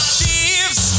thieves